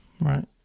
Right